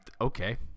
okay